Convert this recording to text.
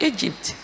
Egypt